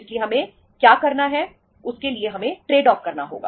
इसलिए हमें क्या करना है उसके लिए हमें ट्रेड ऑफ करना होगा